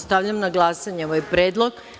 Stavljam na glasanje ovaj Predlog.